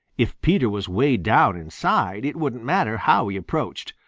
if peter was way down inside, it wouldn't matter how he approached.